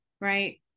right